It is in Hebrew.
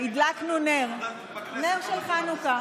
הדלקנו נר, נר של חנוכה.